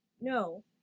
No